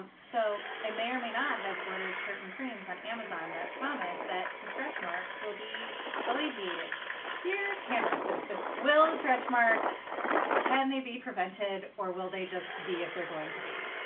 so i may or may not have ordered certain creams on amazon that promise that the stretch marks will be alleviated dear cameryn, but but will stretch marks can they be prevented or will they just be if they're going to be?